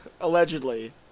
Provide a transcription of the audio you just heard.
Allegedly